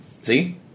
See